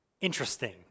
interesting